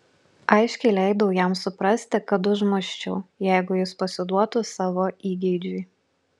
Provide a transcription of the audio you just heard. aiškiai leidau jam suprasti kad užmuščiau jeigu jis pasiduotų savo įgeidžiui